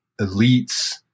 elites